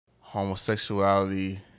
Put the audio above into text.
homosexuality